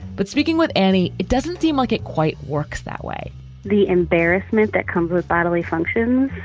but speaking with any, it doesn't seem like it quite works that way the embarrassment that comes with bodily functions